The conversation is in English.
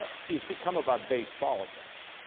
but see, it's become about base politics.